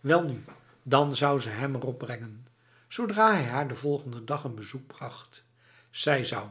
welnu dan zou ze hem erop brengen zodra hij haar de volgende dag een bezoek bracht zij zoub